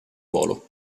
volo